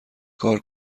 کار